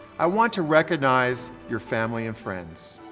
i want to recognize your family and friends.